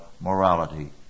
morality